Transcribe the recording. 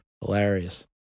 Hilarious